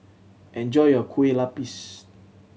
enjoy your Kueh Lupis